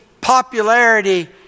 popularity